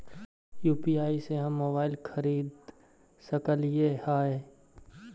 UPI से हम mobile खरिद सकलिऐ है